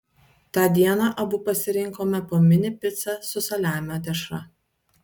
tą dieną abu pasirinkome po mini picą su saliamio dešra